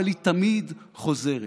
אבל היא תמיד חוזרת,